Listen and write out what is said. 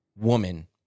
woman